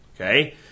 Okay